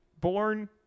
born